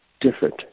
different